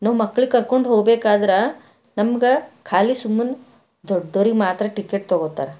ನೀವು ಮಕ್ಕಳ ಕರ್ಕೊಂಡು ಹೋಗ್ಬೇಕಾದ್ರ ನಮಗೆ ಖಾಲಿ ಸುಮ್ಮನೆ ದೊಡ್ಡೋರಿಗೆ ಮಾತ್ರ ಟಿಕೆಟ್ ತಗೋತಾರ